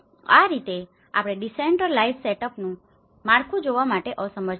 આ રીતે આપણે ડિસેન્ટ્રલાઇઝ્ડ સેટઅપનું decentralized setup વિકેન્દ્રિય સેટઅપ માળખું જોવા માટે અસમર્થ છીએ